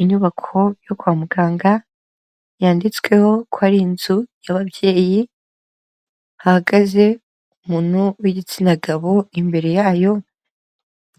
Inyubako yo kwa muganga, yanditsweho ko ari inzu y'ababyeyi, hahagaze muntu w'igitsina gabo imbere yayo,